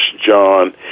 John